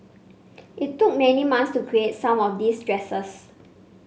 it took many months to create some of these dresses